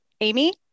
Amy